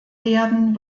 werden